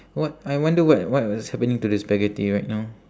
what I wonder what what is happening to the spaghetti right now